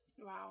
Wow